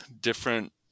different